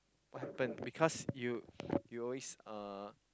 what happen because you you always uh